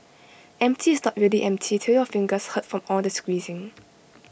empty is not really empty till your fingers hurt from all the squeezing